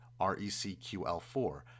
RECQL4